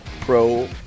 Pro